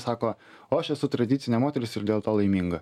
sako o aš esu tradicinė moteris ir dėl to laiminga